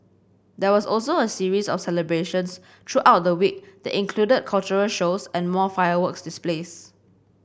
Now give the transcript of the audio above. there was also a series of celebrations throughout the week that included cultural shows and more fireworks displays